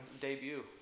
debut